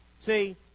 See